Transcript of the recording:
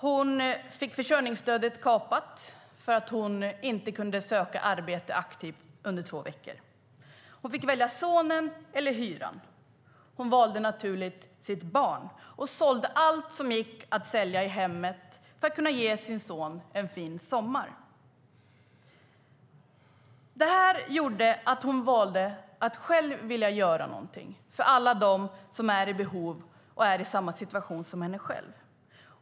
Hon fick försörjningsstödet kapat för att hon inte kunde aktivt söka arbete under två veckor. Hon fick välja sonen eller hyran. Hon valde naturligtvis sitt barn och sålde allt som gick att sälja i hemmet för att kunna ge sin son en fin sommar. Det här gjorde att hon valde att själv göra någonting för alla dem som är i samma situation som hon själv.